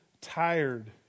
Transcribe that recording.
tired